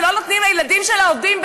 ולא נותנים לילדים של העובדים ב"בזק".